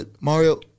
Mario